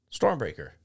Stormbreaker